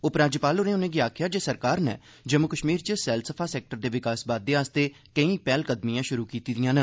उपराज्यपाल होरें उनें'गी आखेआ जे सरकार नै जम्मू कश्मीर च सैलसफा सैक्टर दे विकास बाद्दे आस्तै केई पैह्लकदमियां शुरु कीतीआं न